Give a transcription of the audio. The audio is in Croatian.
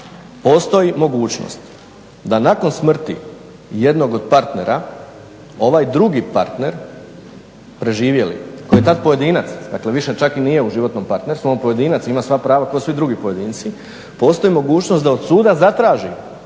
postoji mogućnost da nakon smrti jednog od partnera, ovaj drugi partner preživjeli, koji je tad pojedinac, dakle više čak i nije u životnom partnerstvu, on pojedinac ima sva prava kao i svi drugi pojedinci, postoji mogućnost da od suda zatraži,